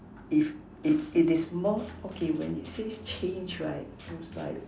if it it is more okay when it says changed right sounds like